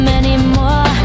anymore